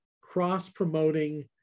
cross-promoting